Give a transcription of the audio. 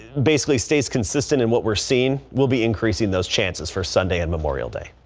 basically stays consistent in what were seen will be increasing those chances for sunday and memorial day.